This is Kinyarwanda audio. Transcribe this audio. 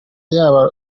yaba